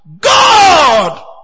God